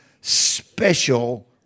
special